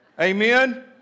Amen